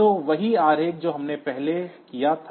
तो वही आरेख जो हमने पहले किया था